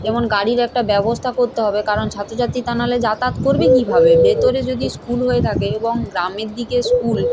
যেমন গাড়ির একটা ব্যবস্থা করতে হবে কারণ ছাত্রছাত্রী তা না হলে যাতায়াত করবে কীভাবে ভিতরে যদি স্কুল হয়ে থাকে এবং গ্রামের দিকে স্কুল